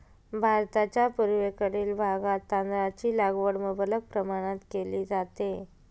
भारताच्या पूर्वेकडील भागात तांदळाची लागवड मुबलक प्रमाणात केली जाते